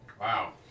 Wow